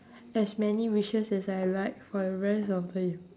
as many wishes as I like for the rest of the y~